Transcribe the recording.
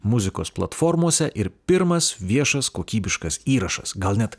muzikos platformose ir pirmas viešas kokybiškas įrašas gal net